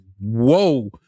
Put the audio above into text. Whoa